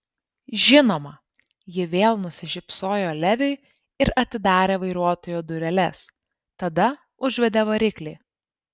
žinoma ji vėl nusišypsojo leviui ir atidarė vairuotojo dureles tada užvedė variklį